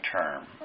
term